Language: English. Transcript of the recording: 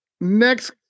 next